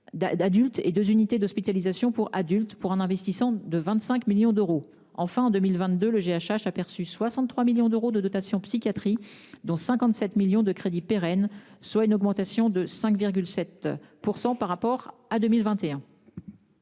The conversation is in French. et deux unités d'hospitalisation pour adultes, pour un montant de 25 millions d'euros. Enfin, en 2022, le GHH a perçu 63 millions d'euros de dotation psychiatrie, dont 57,3 millions d'euros de crédits pérennes, soit une augmentation de 5,7 % par rapport à